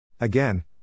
Again